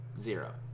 Zero